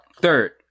Third